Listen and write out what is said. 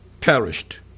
perished